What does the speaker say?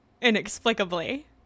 inexplicably